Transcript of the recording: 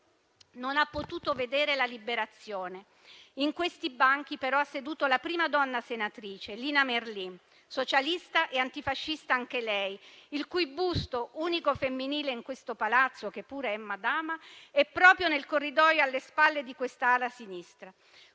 Non ha potuto vedere la Liberazione, però in questi banchi ha seduto la prima donna senatrice, Lina Merlin, socialista e antifascista anche lei, il cui busto, unico femminile in questo Palazzo (che pure è Madama), è proprio nel corridoio alle spalle di quest'ala sinistra